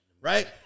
Right